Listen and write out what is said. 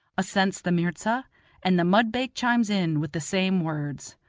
assents the mirza and the mudbake chimes in with the same words.